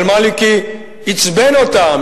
אל-מאלכי עצבן אותם,